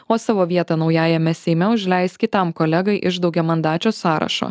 o savo vietą naujajame seime užleis kitam kolegai iš daugiamandačio sąrašo